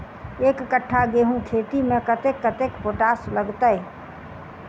एक कट्ठा गेंहूँ खेती मे कतेक कतेक पोटाश लागतै?